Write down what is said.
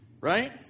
right